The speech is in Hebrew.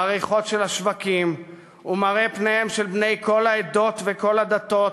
הריחות של השווקים ומראה פניהם של בני כל העדות וכל הדתות,